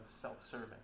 self-serving